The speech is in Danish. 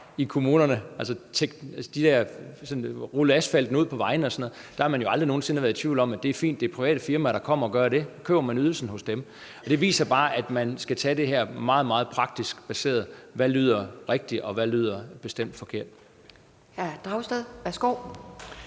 i kommunerne, altså dem, der har med asfalt på vejene at gøre og sådan noget, aldrig nogen sinde har været i tvivl om, at det er fint, at det er private firmaer, der kommer og gør det, og så køber man ydelsen hos dem. Det viser bare, at man skal tage det her meget, meget praktisk og basere det på, hvad der lyder rigtigt, og hvad der bestemt lyder